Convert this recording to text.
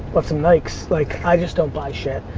bought some nikes. like i just don't buy shit.